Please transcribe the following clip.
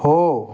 हो